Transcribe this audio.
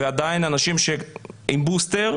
ועדיין אנשים שעם בוסטר,